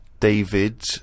David